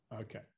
Okay